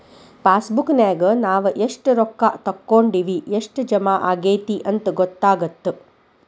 ಪಾಸಬುಕ್ನ್ಯಾಗ ನಾವ ಎಷ್ಟ ರೊಕ್ಕಾ ತೊಕ್ಕೊಂಡಿವಿ ಎಷ್ಟ್ ಜಮಾ ಆಗೈತಿ ಅಂತ ಗೊತ್ತಾಗತ್ತ